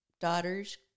daughters